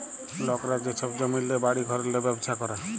লকরা যে ছব জমিল্লে, বাড়ি ঘরেল্লে ব্যবছা ক্যরে